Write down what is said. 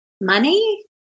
Money